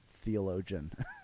theologian